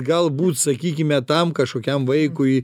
galbūt sakykime tam kažkokiam vaikui